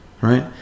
right